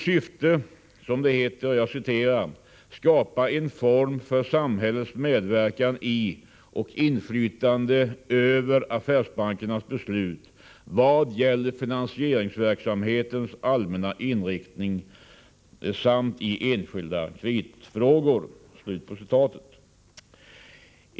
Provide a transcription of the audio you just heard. Detta skedde i syfte att, som det heter: ”skapa en form för samhällets medverkan i och inflytande över affärsbankernas beslut vad gäller finansieringsverksamhetens allmänna inriktning samt i enskilda kreditfrågor”.